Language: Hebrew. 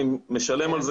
אני משלם על זה,